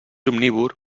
omnívor